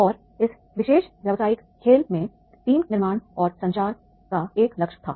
और इस विशेष व्यावसायिक खेल में टीम निर्माण और संचार का एक लक्ष्य था